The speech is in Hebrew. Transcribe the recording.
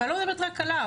ואני לא מדברת רק עליו.